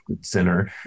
center